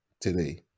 today